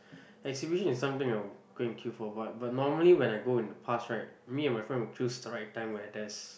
exhibition is something I will go and queue for what but normally when I go in the past right me and my friend will choose the right time where there's